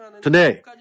Today